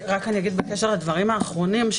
בקשר לדברים האחרונים,